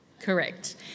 Correct